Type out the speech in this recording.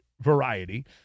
variety